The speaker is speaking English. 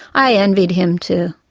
i envied him, too.